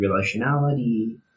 relationality